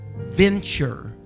venture